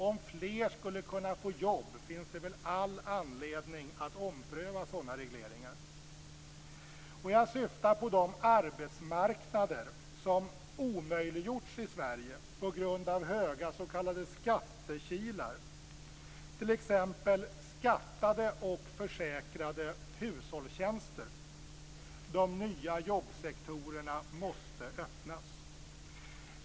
Om fler skulle kunna få jobb finns det väl all anledning att ompröva sådana regleringar. Jag syftar på de arbetsmarknader som omöjliggjorts i Sverige på grund av höga s.k. skattekilar, t.ex. skattade och försäkrade hushållstjänster. De nya jobbsektorerna måste öppnas.